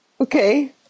Okay